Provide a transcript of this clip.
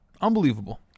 Unbelievable